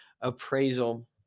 appraisal